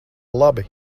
labi